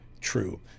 true